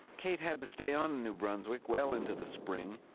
kate had to stay on in new brunswick well into the spring,